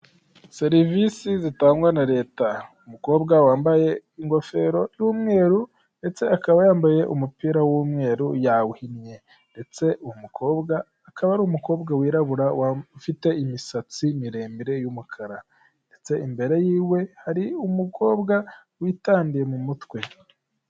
Serivisi zitangwa na leta, umukobwa wambaye ingofero y'umweru ndetse akaba yambaye umupira w'umweru yawuhinnye ndetse umukobwa akaba ari umukobwa wirabura ufite imisatsi miremire y'umukara ndetse imbere y'iwe hari umukobwa witadiye mu mutwe.